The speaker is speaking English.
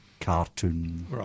cartoon